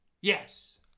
Yes